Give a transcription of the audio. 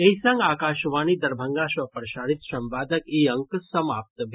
एहि संग आकाशवाणी दरभंगा सँ प्रसारित संवादक ई अंक समाप्त भेल